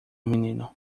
menino